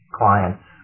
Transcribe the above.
clients